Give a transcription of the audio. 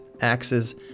axes